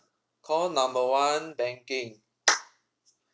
call number one banking